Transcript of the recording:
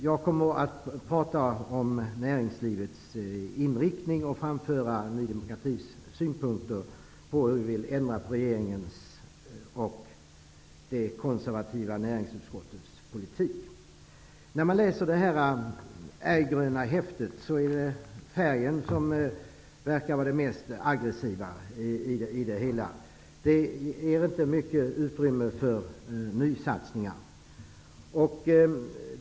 Jag kommer att tala om näringslivets inriktning och framföra Ny demokratis synpunkter på hur vi vill ändra på regeringens och det konservativa näringsutskottets politik. När man läser detta ärggröna häfte finner man att färgen är det mest aggressiva. Det finns inte mycket utrymme för nysatsningar.